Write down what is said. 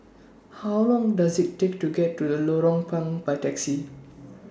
How Long Does IT Take to get to Lorong Payah By Taxi